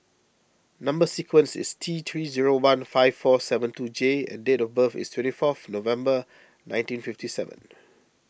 Number Sequence is T three zero one five four seven two J and date of birth is twenty fourth November nineteen fifty seven